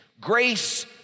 grace